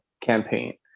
campaign